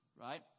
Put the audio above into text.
right